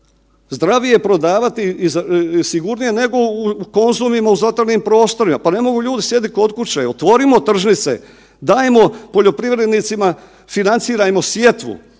zdravije prodavati i sigurnije nego u Konzumima i zatvorenim prostorima. Pa ne mogu ljudi sjediti kod kuće. Otvorimo tržnice, dajmo poljoprivrednicima, financirajmo sjetvu,